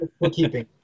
Bookkeeping